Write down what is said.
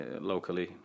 locally